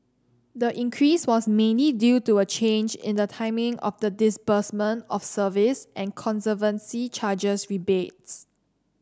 the increase was mainly due to a change in the timing of the disbursement of service and conservancy charges rebates